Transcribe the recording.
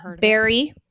Barry